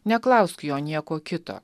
neklausk jo nieko kito